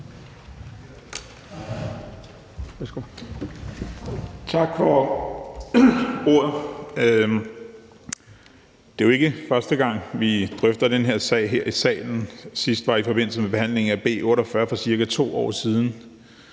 Tak for ordet. Det er jo ikke første gang, vi drøfter den her sag her i salen. Sidst var i forbindelse med behandlingen af B 48 for ca. 2 år siden.